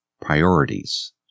Priorities